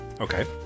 Okay